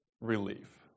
relief